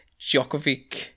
Djokovic